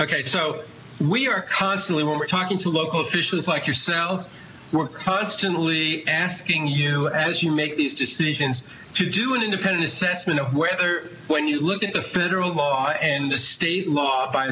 ok so we are constantly we're talking to local officials like yourselves we're constantly asking you as you make these decisions to do an independent assessment of whether when you look at the federal law and the state law by